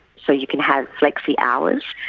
so you can have flexy hours,